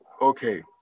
okay